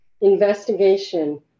investigation